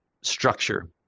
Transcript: structure